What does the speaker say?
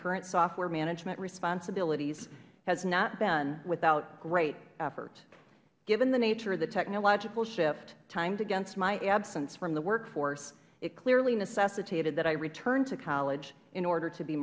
current software management responsibilities has not been without great effort given the nature of the technological shift timed against my absence from the workforce it clearly necessitated that i return to college in order to be